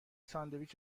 ساندویچ